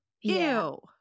Ew